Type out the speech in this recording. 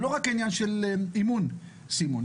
זה לא רק עניין של אימון, סימון.